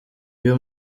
uyu